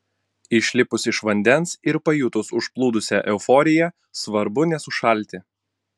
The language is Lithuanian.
išlipus iš vandens ir pajutus užplūdusią euforiją svarbu nesušalti